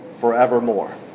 Forevermore